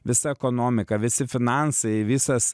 visa ekonomika visi finansai visas